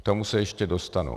K tomu se ještě dostanu.